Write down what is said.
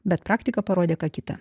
bet praktika parodė ką kita